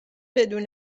بدون